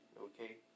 okay